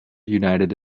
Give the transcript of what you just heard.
united